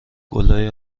گـلای